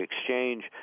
Exchange